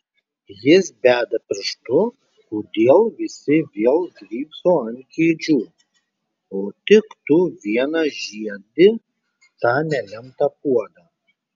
jis beda pirštu kodėl visi vėl drybso ant kėdžių o tik tu vienas žiedi tą nelemtą puodą